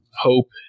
hope